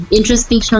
Interesting